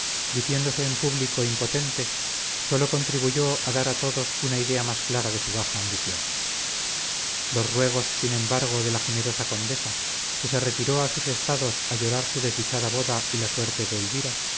diciéndose en público impotente sólo contribuyó a dar a todos una idea más clara de su baja ambición los ruegos sin embargo de la generosa condesa que se retiró a sus estados a llorar su desdichada boda y la suerte de elvira